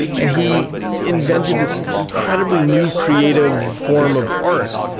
and he invented this incredibly new creative form of art.